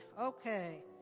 okay